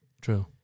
True